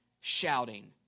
shouting